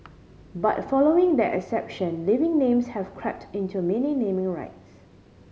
but following that exception living names have crept into many naming rights